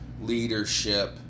leadership